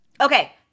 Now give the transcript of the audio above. Okay